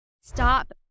stop